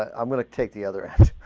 i'm gonna take the other